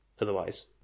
otherwise